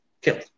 killed